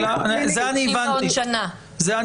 את זה אני הבנתי.